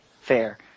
Fair